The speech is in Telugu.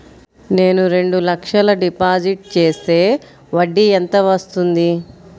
నేను రెండు లక్షల డిపాజిట్ చేస్తే వడ్డీ ఎంత వస్తుంది?